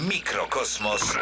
Mikrokosmos